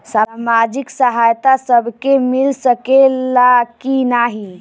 सामाजिक सहायता सबके मिल सकेला की नाहीं?